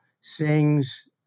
sings